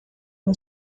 não